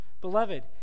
beloved